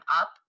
up